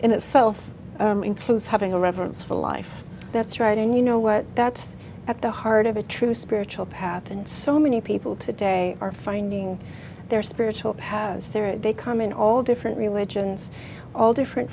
in itself includes having a reverence for life that's right and you know what that's at the heart of a true spiritual path and so many people today are finding their spiritual paths there they come in all different religions all different